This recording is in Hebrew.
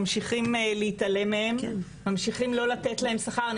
ממשיכים להתעלם מהם וממשיכים לא לתת להם שכר.